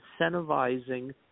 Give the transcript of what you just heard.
incentivizing